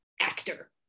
actor